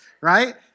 right